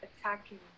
attacking